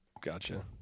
Gotcha